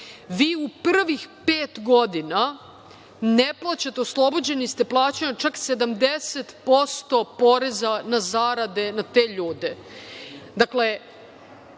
vi u prvih pet godina ne plaćate, oslobođeni ste plaćanja čak 70% poreza na zarade na te ljude. Dakle,